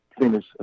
finish